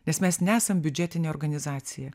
nes mes nesam biudžetinė organizacija